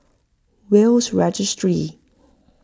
Will's Registry